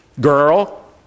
girl